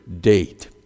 date